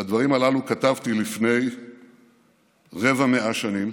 את הדברים הללו כתבתי לפני רבע מאה שנים,